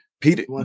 Peter